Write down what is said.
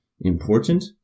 important